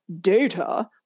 data